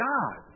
God